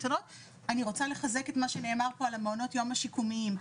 אני רוצה לחזק את מה שנאמר פה על מעונות היום השיקומיים.